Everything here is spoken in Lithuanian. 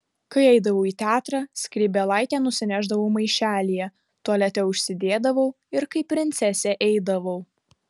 kai eidavau į teatrą skrybėlaitę nusinešdavau maišelyje tualete užsidėdavau ir kaip princesė eidavau